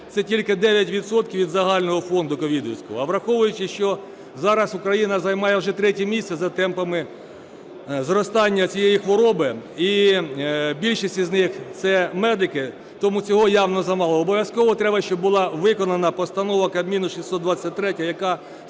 це тільки 9 відсотків від загального фонду ковідівського. А враховуючи, що зараз Україна займає вже третє місце за темпами зростання цієї хвороби, і більшість із них – це медики, тому цього явно замало. Обов'язково треба, щоб була виконана Постанова Кабміну 623, яка